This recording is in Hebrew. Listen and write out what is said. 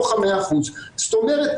הסכמתם